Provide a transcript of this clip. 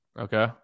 okay